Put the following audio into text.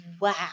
Wow